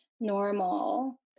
normal